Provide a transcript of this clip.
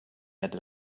had